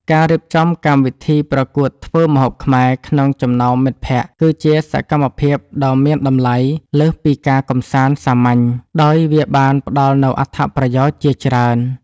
ការរៀបចំកម្មវិធីប្រកួតធ្វើម្ហូបខ្មែរក្នុងចំណោមមិត្តភក្តិ គឺជាសកម្មភាពដ៏មានតម្លៃលើសពីការកម្សាន្តសាមញ្ញ ដោយវាបានផ្ដល់នូវអត្ថប្រយោជន៍ជាច្រើន។